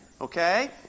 okay